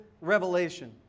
revelation